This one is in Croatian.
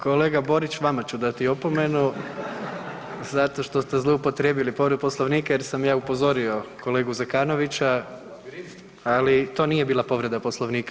Kolega Borić vama ću dati opomenu zato što ste zloupotrijebili povredu Poslovnika jer sam ja upozorio kolegu Zekanovića, ali to nije bila povreda Poslovnika.